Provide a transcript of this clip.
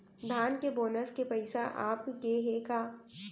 धान के बोनस के पइसा आप गे हे का?